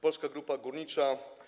Polska Grupa Górnicza.